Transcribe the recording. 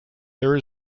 there